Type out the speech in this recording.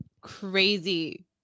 crazy